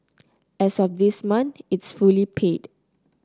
as of this month it's fully paid